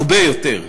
הרבה יותר,